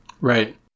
right